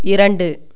இரண்டு